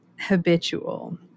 habitual